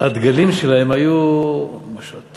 הדגלים שלהם היו תשתיות,